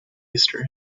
history